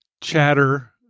chatter